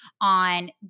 on